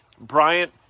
Bryant